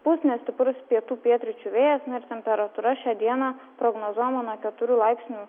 pūs nestiprus pietų pietryčių vėjas temperatūra šią dieną prognozuojama nuo keturių laipsnių